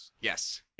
Yes